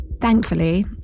Thankfully